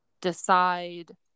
decide